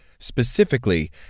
Specifically